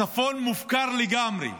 הצפון מופקר לגמרי,